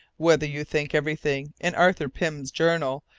whether you think everything in arthur pym's journal,